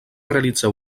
realitzar